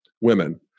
women